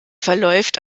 verläuft